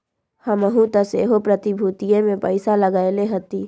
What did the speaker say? हमहुँ तऽ सेहो प्रतिभूतिय में पइसा लगएले हती